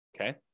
okay